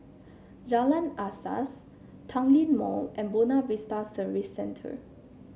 Jalan Asas Tanglin Mall and Buona Vista Service Centre